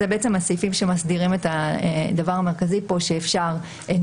זה בעצם הסעיפים שמסדירים את הדבר המרכזי פה שנפגע